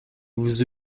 vous